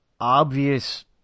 obvious